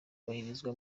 kubahirizwa